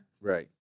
Right